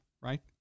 right